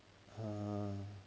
ah